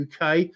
UK